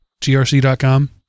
GRC.com